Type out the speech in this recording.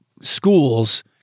schools